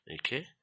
okay